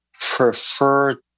prefer